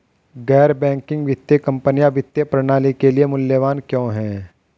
गैर बैंकिंग वित्तीय कंपनियाँ वित्तीय प्रणाली के लिए मूल्यवान क्यों हैं?